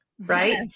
right